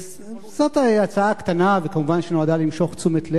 זו הצעה קטנה, שכמובן נועדה למשוך תשומת לב.